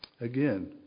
again